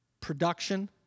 Production